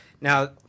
now